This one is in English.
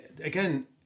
again